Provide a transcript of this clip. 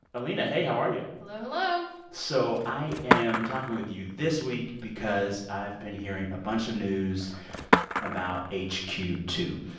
alina, hey, how are you? hello. hello so i am talking with you this week because i've been hearing a bunch of news about h q two.